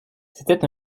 c’était